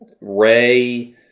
Ray